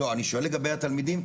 אני שואל לגבי התלמידים,